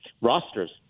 rosters